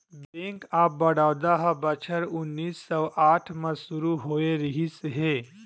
bank of Baroda ह बछर उन्नीस सौ आठ म सुरू होए रिहिस हे